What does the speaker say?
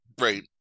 right